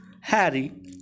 Harry